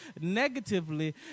negatively